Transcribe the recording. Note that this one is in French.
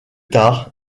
tard